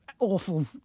Awful